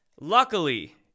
luckily